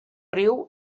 riu